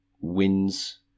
wins